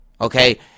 okay